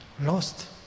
lost